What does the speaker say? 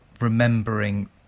remembering